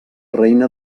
reina